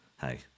hey